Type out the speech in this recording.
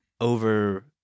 over